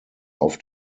auf